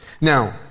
Now